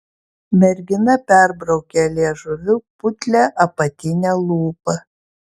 mergina perbraukė liežuviu putlią apatinę lūpą